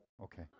Okay